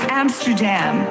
amsterdam